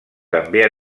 també